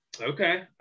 Okay